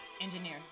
engineer